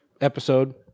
episode